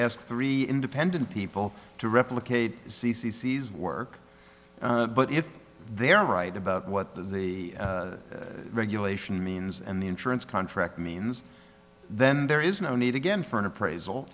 ask three independent people to replicate c c c's work but if they're right about what the regulation means and the insurance contract means then there is no need again for an appraisal